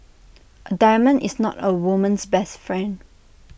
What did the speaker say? A diamond is not A woman's best friend